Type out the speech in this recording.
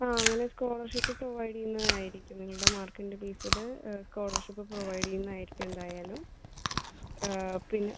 ആ അങ്ങനെ scholarship provide ചെയ്യുന്നതായിരിക്കും നിങ്ങൾടെ മാർക്കിൻ്റെ ബേസിൽ സ്കോളർഷിപ്പ് പ്രൊവൈഡ് ചെയ്യുന്നതായിരിക്കും എന്തായാലും പിന്നെ